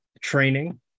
training